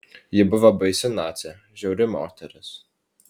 ji buvo baisi nacė žiauri moteris